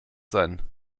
sein